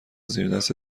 زیردست